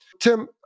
Tim